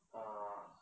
ah